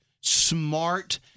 smart